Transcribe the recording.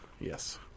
Yes